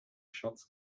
shots